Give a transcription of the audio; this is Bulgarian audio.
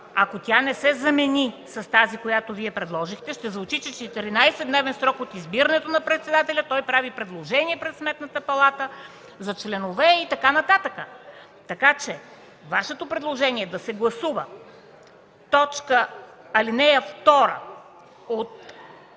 ако тя не се замени с тази, която Вие предложихте, ще звучи, че в 14-дневен срок от избирането на председателя той прави предложения пред Сметната палата за членове и така нататък. Така че Вашето предложение – да се гласува ал. 2 от